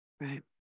Right